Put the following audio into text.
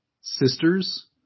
sisters